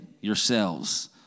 yourselves